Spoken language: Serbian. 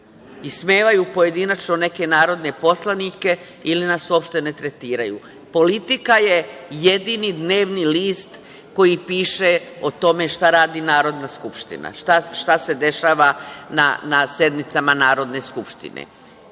Ismevaju pojedinačno neke narodne poslanike ili nas uopšte ne tretiraju. „Politika“ je jedini dnevni list koji piše o tome šta radi Narodna skupština, šta se dešava na sednicama Narodne skupštine.